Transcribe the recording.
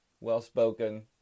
well-spoken